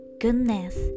goodness